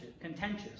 contentious